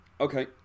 Okay